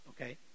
Okay